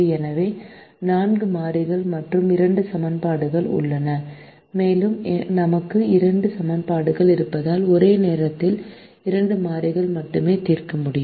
எனவே நான்கு மாறிகள் மற்றும் இரண்டு சமன்பாடுகள் உள்ளன மேலும் நமக்கு இரண்டு சமன்பாடுகள் இருப்பதால் ஒரு நேரத்தில் இரண்டு மாறிகள் மட்டுமே தீர்க்க முடியும்